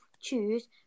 choose